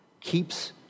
keeps